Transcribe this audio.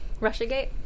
Russiagate